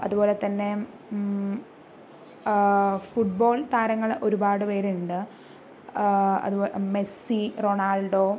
അതുപോലെ തന്നെ ഫുട്ബോള് താരങ്ങള് ഒരുപാട് പേരുണ്ട് അതുപോലെ മെസ്സി റൊണാള്ഡോ